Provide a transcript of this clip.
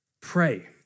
Pray